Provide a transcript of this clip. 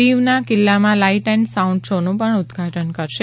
દીવના કિલ્લામાં light and sound શોનું પણ ઉદઘાટન કરશે